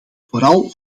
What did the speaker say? vooral